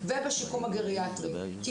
זאת אומרת,